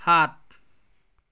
সাত